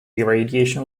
radiation